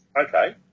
okay